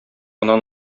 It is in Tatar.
гына